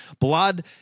blood